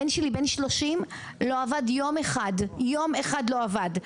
הבן שלי בן 30 לא עבד יום אחד, יום אחד לא עבד.